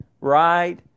right